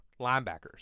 linebackers